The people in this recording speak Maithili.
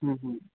हूँ हूँ